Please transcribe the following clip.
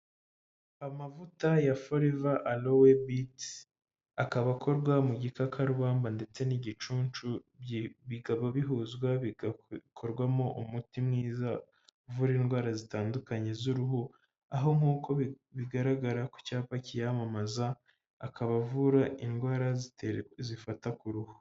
Amavuta ya forever aloe beats akaba akorwa mu gikakarumba ndetse n'igicuncu bikaba bihuzwa bigakorwamo umuti mwiza uvura indwara zitandukanye z'uruhu aho nk'uko bigaragara ku cyapa cyiyamamaza akaba avura indwara zifata ku ruhu.